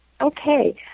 Okay